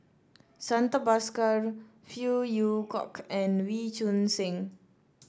Santha Bhaskar Phey Yew Kok and Wee Choon Seng